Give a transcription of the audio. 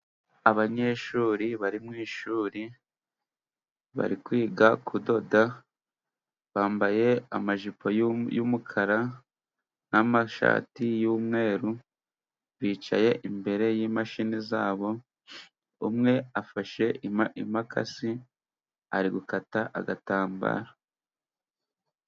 Abanyeshuri bari mu ishuri bari kwiga kudoda, bambaye amajipo y'umukara n'amashati y'umweru, bicaye imbere y'imashini zabo, umwe afashe imakasi ari gukata agatambaro.